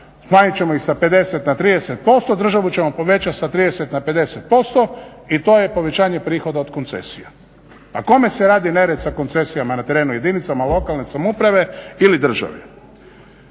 smanjit ćemo ih sa 50 na 30%, državu ćemo povećati sa 30 na 50% i to je povećanje prihoda od koncesija. Pa kome se radi nered sa koncesijama na terenu? Jedinicama lokalne samouprave ili državi?